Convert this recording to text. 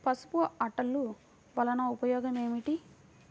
పసుపు అట్టలు వలన ఉపయోగం ఏమిటి?